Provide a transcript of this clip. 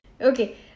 okay